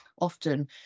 often